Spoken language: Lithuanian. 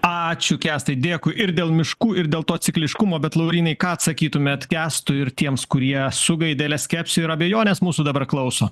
ačiū kęstai dėkui ir dėl miškų ir dėl to cikliškumo bet laurynai ką atsakytumėt kęstui ir tiems kurie su gaidele skepsio ir abejonės mūsų dabar klauso